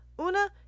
Una